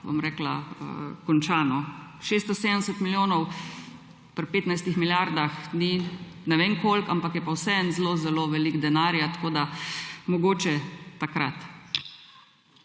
ta debata konča. 670 milijonov pri 15 milijardah ni ne vem koliko, ampak je vseeno zelo zelo veliko denarja, tako da mogoče takrat.